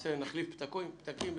אילן, אני מתפלא.